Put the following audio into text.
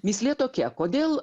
mįslė tokia kodėl